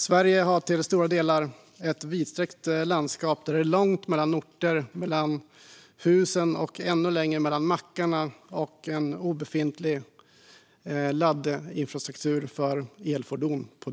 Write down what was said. Sverige består till stora delar av ett vidsträckt landskap där det är långt mellan orter, mellan husen och ännu längre mellan mackarna samt med en obefintlig laddinfrastruktur för elfordon.